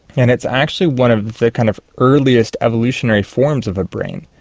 and it's actually one of the kind of earliest evolutionary forms of a brain.